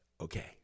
okay